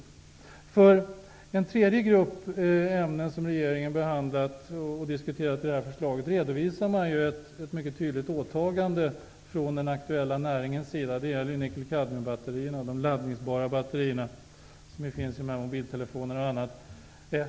När det gäller den tredje grupp ämnen som regeringen har behandlat i sitt förslag redovisar man ett mycket tydligt åtagande från den aktuella näringens sida. Det gäller nickel--kadmiumbatterierna, de laddningsbara batterier som finns bl.a. i biltelefoner.